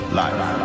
life